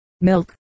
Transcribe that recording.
Milk